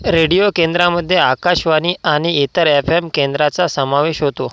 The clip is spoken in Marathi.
रेडिओ केंद्रामध्ये आकाशवाणी आणि इतर एफएम केंद्राचा समावेश होतो